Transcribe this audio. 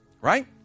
Right